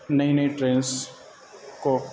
نئی نئی ٹرینس کو